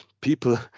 people